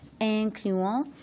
incluant